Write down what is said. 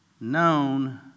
known